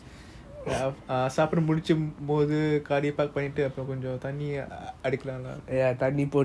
காடியை:gaadiya park பங்கிட்டு அப்புறம் கொஞ்சம் தண்ணி அடிக்கலாம்ல:panitu apram konjam thanni adikalamla